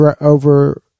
over